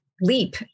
leap